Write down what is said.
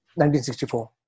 1964